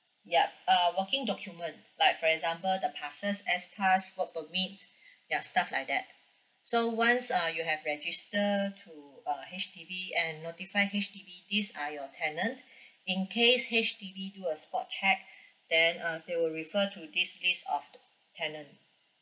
yup uh working document like for example the passes S pass work permit ya stuff like that so once uh you have registered to uh H_D_B and notify H_D_B these are your tenant in case H_D_B do a spot check then uh they will refer to this list of tenant